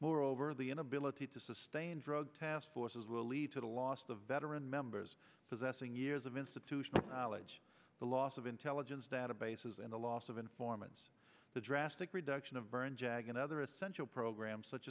moreover the inability to sustain drug task forces will lead to the loss the veteran members possessing years of institutional knowledge the loss of intelligence databases and the loss of informants the drastic reduction of burn jag and other essential programs such